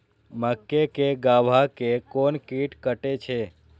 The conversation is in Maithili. मक्के के गाभा के कोन कीट कटे छे?